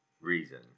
reason